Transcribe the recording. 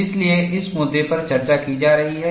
इसलिए इस मुद्दे पर चर्चा की जा रही है